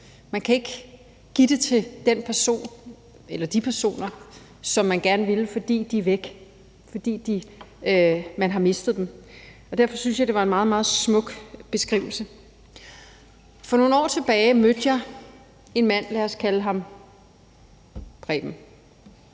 Man kan ikke give det til den person eller de personer, som man gerne vil, fordi de er væk; fordi man har mistet dem. Derfor synes jeg, det var en meget smuk beskrivelse. For nogle år tilbage mødte jeg en mand, lad os kalde han Preben.